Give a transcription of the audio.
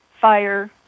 fire